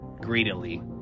greedily